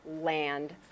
land